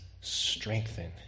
strengthen